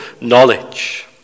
knowledge